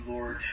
Lord